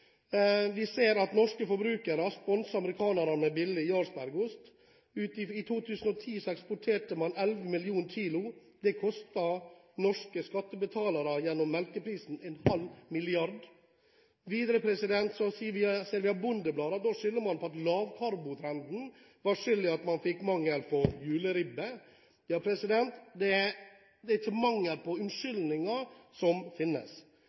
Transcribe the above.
vi ser på tidligere oppslag, kan man se at Tine tar selvkritikk for smørmangelen. Vi ser at norske forbrukere sponser amerikanerne med billig Jarlsbergost – i 2010 eksporterte man 11 millioner kg. Det koster gjennom melkeprisen norske skattebetalere en halv milliard. Videre ser vi i Bondebladet at man skylder på at lavkarbotrenden var skyld i at man fikk mangel på juleribbe. Det finnes ikke mangel på